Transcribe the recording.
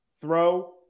throw